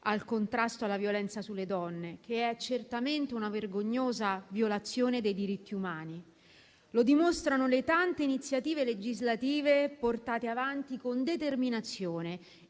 al contrasto alla violenza sulle donne, che è certamente una vergognosa violazione dei diritti umani. Lo dimostrano le tante iniziative legislative portate avanti con determinazione